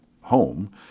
home